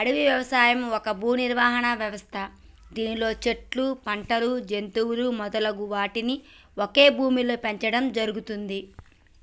అడవి వ్యవసాయం ఒక భూనిర్వహణ వ్యవస్థ దానిలో చెట్లు, పంటలు, జంతువులు మొదలగు వాటిని ఒకే భూమిలో పెంచడం జరుగుతుంది